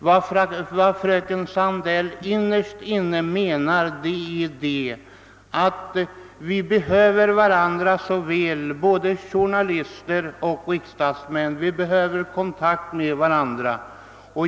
Vad fröken Sandell innerst inne menar är det, att vi behöver varandra så väl, journalister och riksdagsmän. Vi behöver kontakt med varandra.